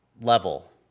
level